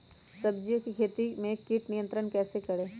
सब्जियों की खेती में कीट नियंत्रण कैसे करें?